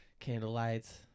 Candlelights